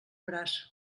braç